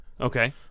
Okay